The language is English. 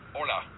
Hola